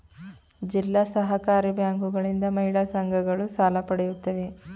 ಜಿಲ್ಲಾ ಸಹಕಾರಿ ಬ್ಯಾಂಕುಗಳಿಂದ ಮಹಿಳಾ ಸಂಘಗಳು ಸಾಲ ಪಡೆಯುತ್ತವೆ